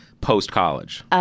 Post-college